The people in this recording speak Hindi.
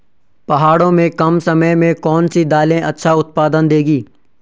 पहाड़ों में कम समय में कौन सी दालें अच्छा उत्पादन देंगी?